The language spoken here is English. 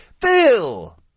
Bill